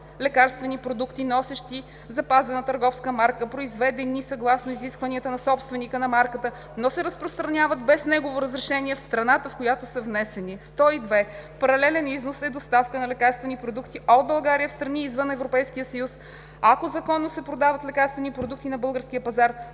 лекарствени продукти, носещи запазена търговска марка, произведени съгласно изискванията на собственика на марката, но се разпространяват без неговото разрешение в страната, в която са внесени. 102. „Паралелен износ“ е доставка на лекарствени продукти от България в страни извън Европейския съюз. Ако законно се продават лекарствени продукти на българския пазар,